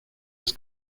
was